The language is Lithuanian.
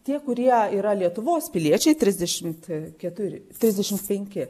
tie kurie yra lietuvos piliečiai trisdešimt keturi trisdešimt penki